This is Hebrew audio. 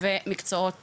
ומקצועות